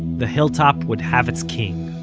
the hilltop would have its king.